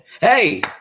hey